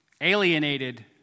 alienated